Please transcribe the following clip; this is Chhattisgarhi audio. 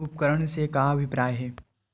उपकरण से का अभिप्राय हे?